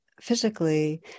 physically